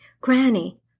Granny